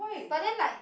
but then like